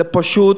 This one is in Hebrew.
פשוט,